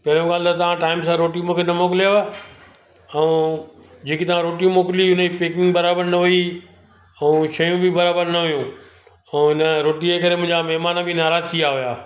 पहिरियों ॻाल्हि त तव्हां टाइम सां रोटी मूंखे न मोकिलयव ऐं जेकी तव्हां रोटियूं मोकिली हुन जी पैकिंग बराबरि न हुई ऐं शयूं बि बराबरि न हुयूं ऐं हिन रोटी जे करे मुंहिंजा महिमान बि नाराज़ थी विया हुआ